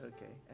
Okay